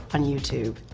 on youtube.